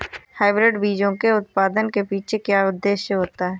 Hybrid बीजों के उत्पादन के पीछे क्या उद्देश्य होता है?